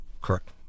correct